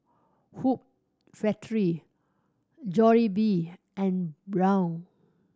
Hoop Factory Jollibee and Braun